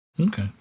Okay